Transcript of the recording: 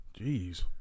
Jeez